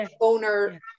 owner